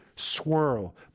Swirl